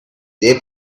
they